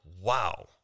Wow